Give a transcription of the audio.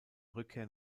rückkehr